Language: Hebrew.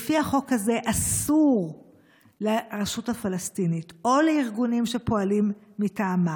לפי החוק הזה לרשות הפלסטינית או לארגונים שפועלים מטעמה